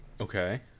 Okay